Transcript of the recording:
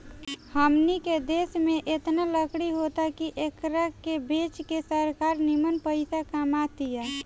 हमनी के देश में एतना लकड़ी होता की एकरा के बेच के सरकार निमन पइसा कमा तिया